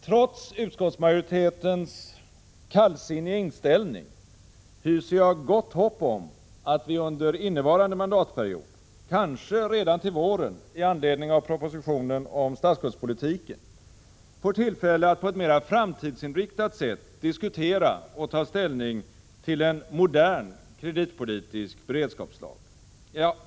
Trots utskottsmajoritetens kallsinniga inställning hyser jag gott hopp om att vi under innevarande mandatperiod — kanske redan på våren i anledning av propositionen om statsskuldspolitiken — får tillfälle att på ett mera framtidsinriktat sätt diskutera och ta ställning till en modern kreditpolitisk beredskapslag.